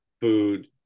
food